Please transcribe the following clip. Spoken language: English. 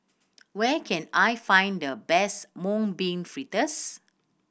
where can I find the best Mung Bean Fritters